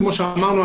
כמו שאמרנו,